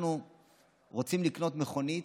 אנחנו רוצים לקנות מכונית,